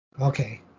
okay